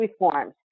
reforms